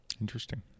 Interesting